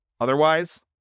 Otherwise